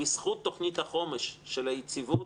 בזכות תוכנית החומש של היציבות,